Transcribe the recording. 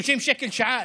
30 שקל לשעה.